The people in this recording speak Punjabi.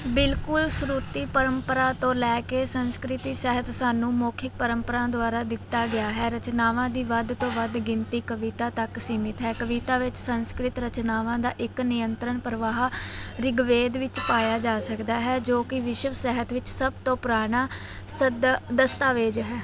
ਬਿਲਕੁਲ ਸ਼ਰੂਤੀ ਪਰੰਪਰਾ ਤੋਂ ਲੈ ਕੇ ਸੰਸਕ੍ਰਿਤ ਸਾਹਿਤ ਸਾਨੂੰ ਮੌਖਿਕ ਪਰੰਪਰਾ ਦੁਆਰਾ ਦਿੱਤਾ ਗਿਆ ਹੈ ਰਚਨਾਵਾਂ ਦੀ ਵੱਧ ਤੋਂ ਵੱਧ ਗਿਣਤੀ ਕਵਿਤਾ ਤੱਕ ਸੀਮਤ ਹੈ ਕਵਿਤਾ ਵਿੱਚ ਸੰਸਕ੍ਰਿਤ ਰਚਨਾਵਾਂ ਦਾ ਇੱਕ ਨਿਯੰਤਰਨ ਪ੍ਰਵਾਹ ਰਿਗਵੇਦ ਵਿੱਚ ਪਾਇਆ ਜਾ ਸਕਦਾ ਹੈ ਜੋ ਕਿ ਵਿਸ਼ਵ ਸਾਹਿਤ ਵਿੱਚ ਸਭ ਤੋਂ ਪੁਰਾਣਾ ਸਦ ਦਸਤਾਵੇਜ਼ ਹੈ